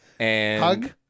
Hug